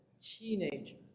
teenager